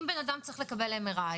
אם בן אדם צריך לקבל MRI,